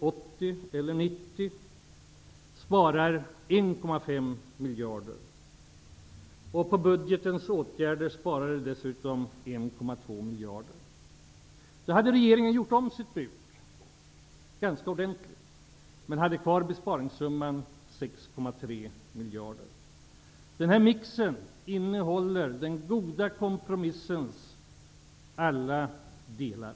85 sparar 1,5 miljarder. På budgetens åtgärder sparar det dessutom 1,2 miljarder. Regeringen hade gjort om sitt bud ganska ordentligt, men hade kvar besparingssumman 6,3 miljarder. Den här mixen innehåller den goda kompromissens alla delar.